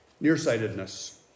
nearsightedness